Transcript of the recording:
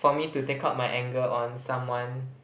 for me to take out my anger on someone